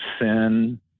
sin